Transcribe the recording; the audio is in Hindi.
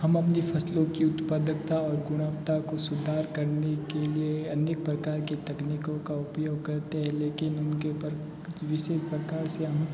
हम अपनी फसलों की उत्पादकता और गुणवत्ता को सुधार करने के लिए अनेक प्रकार के तकनीकों का उपयोग करते हैं लेकिन उनके ऊपर कुछ विशेष प्रकार से हम